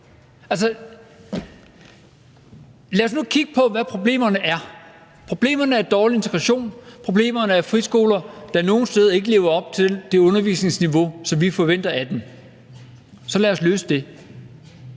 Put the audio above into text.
lad os nu kigge på, hvad problemerne er. Problemerne er dårlig integration; problemerne er friskoler, der nogle steder ikke lever op til det undervisningsniveau, som vi forventer af dem. Så lad os løse det